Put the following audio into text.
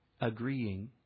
Agreeing